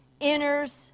enters